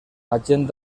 agent